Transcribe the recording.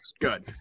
Good